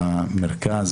במרכז,